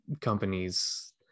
companies